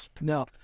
No